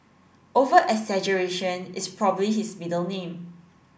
over exaggeration is probably his middle name